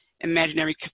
imaginary